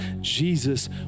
Jesus